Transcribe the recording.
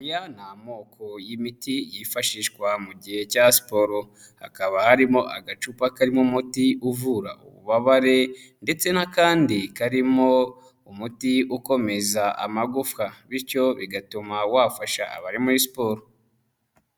Aya ni amoko y'imiti yifashishwa mu gihe cya siporo, hakaba harimo agacupa karimo umuti uvura ububabare ndetse n'akandi karimo umuti ukomeza amagufwa bityo bigatuma wafasha abari muri siporo.